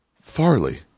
Farley